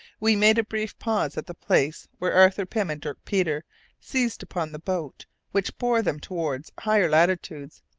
we made a brief pause at the place where arthur pym and dirk peters seized upon the boat which bore them towards higher latitudes,